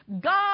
God